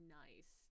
nice